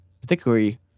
Particularly